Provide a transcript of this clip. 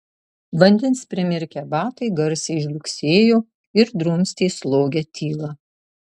vandens primirkę batai garsiai žliugsėjo ir drumstė slogią tylą